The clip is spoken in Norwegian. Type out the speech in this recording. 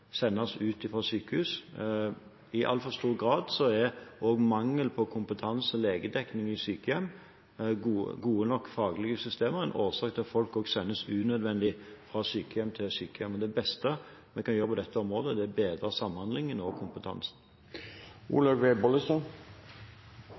sendes ut fra sykehus. I altfor stor grad er også mangel på kompetanse, legedekning og gode nok faglige systemer i sykehjem en årsak til at folk sendes unødvendig fra sykehjem til sykehjem. Det beste vi kan gjøre på dette området, er å bedre samhandlingen og kompetansen.